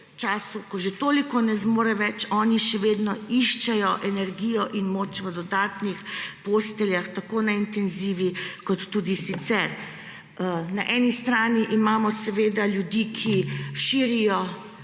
času, ko že toliko ne zmore več, oni še vedno iščejo energijo in moč v dodatnih posteljah tako na intenzivi kot tudi sicer. Na eni strani imamo ljudi, ki širijo